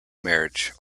marriages